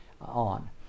on